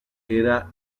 era